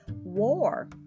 War